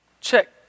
check